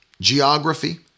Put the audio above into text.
geography